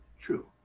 True